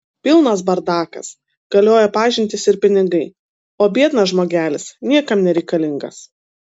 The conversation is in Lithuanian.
pilnas bardakas galioja pažintys ir pinigai o biednas žmogelis niekam nereikalingas